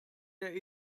der